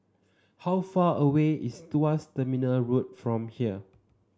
how far away is Tuas Terminal Road from here